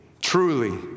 truly